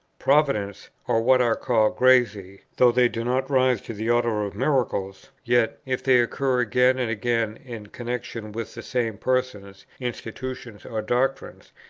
providences, or what are called grazie, though they do not rise to the order of miracles, yet, if they occur again and again in connexion with the same persons, institutions, or doctrines,